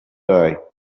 guy